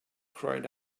cried